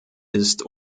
ist